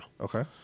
Okay